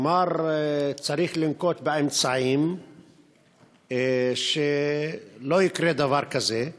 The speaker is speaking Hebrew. כלומר, צריך לנקוט אמצעים שלא יקרה דבר כזה,